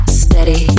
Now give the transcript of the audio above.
steady